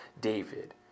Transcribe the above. David